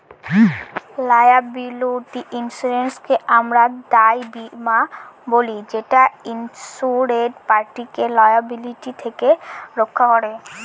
liability ইন্সুরেন্সকে আমরা দায় বীমা বলি যেটা ইন্সুরেড পার্টিকে লায়াবিলিটি থেকে রক্ষা করে